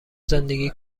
زندگی